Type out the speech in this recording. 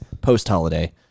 post-holiday